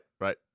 right